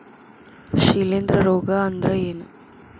ಶಿಲೇಂಧ್ರ ರೋಗಾ ಅಂದ್ರ ಏನ್?